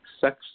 sex